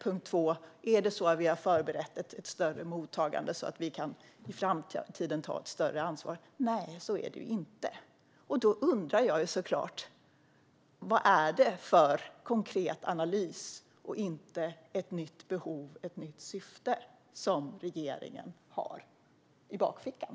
Punkt två: Är det så att vi har förberett ett större mottagande, så att vi kan ta ett större ansvar i framtiden? Nej, så är det inte. Då undrar jag såklart: Vad är det för konkret analys - inte ett nytt behov och ett nytt syfte - som regeringen har i bakfickan?